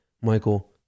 Michael